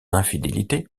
infidélité